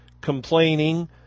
complaining